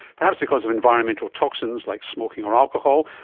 perhaps because of environmental toxins like smoking or alcohol,